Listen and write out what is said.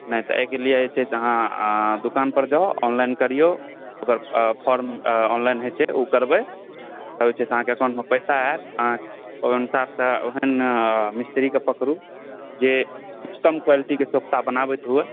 नहि तऽ एहिके लिए जे छै से अहाँ दुकान पर जाउ ऑनलाइन करिऔ ओकर फॉर्म ऑनलाइन होइ छै ओ करबै ओहिसॅं होइ छै अहाँकेँ एकाउण्टमे पैसा आयत अहाँ ओहि अनुसारसँ ओहन मिस्त्रीके पकड़ु जे उत्तम क्वालिटीके सोख्ता बनाबैत हुए